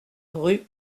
rue